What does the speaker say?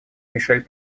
мишель